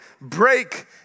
break